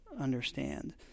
understand